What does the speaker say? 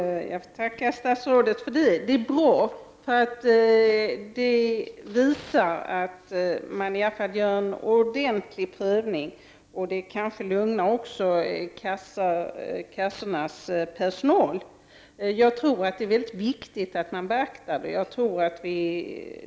Herr talman! Jag får tacka statsrådet för detta. Det är bra, för det visar att man i alla fall gör en ordentlig prövning. Det kanske också lugnar kassornas personal. Det är väldigt viktigt att vi beaktar detta.